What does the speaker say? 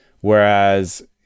whereas